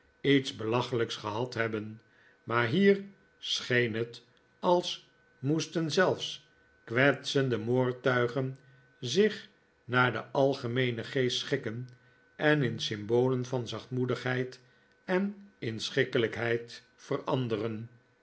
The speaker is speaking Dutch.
iets belachelijks gehad hebben maar hier scheen het als moesten zelfs kwetsende moordtuigen zich naar den algemeenen geest schikken en in symbolen van zachtmoedigheid en inschikkelijkheid veranderen